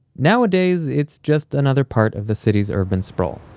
nowadays it's just another part of the city's urban sprawl,